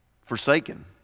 Forsaken